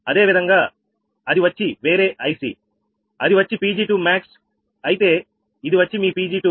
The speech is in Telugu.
అదేవిధంగా అది వచ్చి వేరే ICఅది వచ్చి 𝑃𝑔2max అయితే ఇది వచ్చి మీ 𝑃𝑔2min